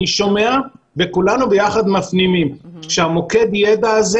אני שומע וכולנו ביחד מפנימים שמוקד הידע הזה